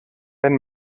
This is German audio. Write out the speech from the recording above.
wenn